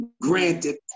granted